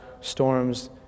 storms